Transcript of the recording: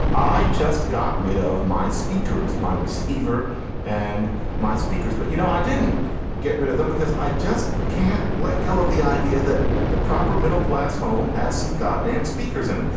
i just got rid ah of my speakers, my receiver and my speakers. but, you know, i didn't get rid of them because i just can't let go of the idea that the proper middle class home has some god damn speakers in it.